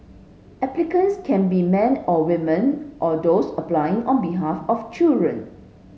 applicants can be men or women or doors applying on behalf of children